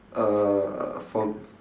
uh for m~